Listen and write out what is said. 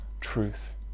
truth